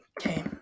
Okay